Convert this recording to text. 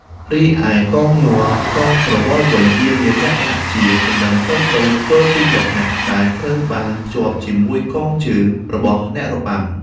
រីឯកងញ័រ/កងក្រវិលវិញវាមានលក្ខណៈជា កណ្ដឹងតូចៗ ធ្វើពីលោហៈ ដែលត្រូវបានភ្ជាប់ជាមួយកងជើង របស់អ្នករបាំ។